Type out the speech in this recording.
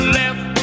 left